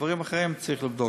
דברים אחרים צריך לבדוק.